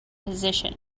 position